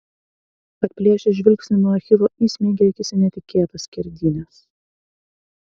atplėšęs žvilgsnį nuo achilo įsmeigė akis į netikėtas skerdynes